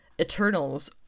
Eternals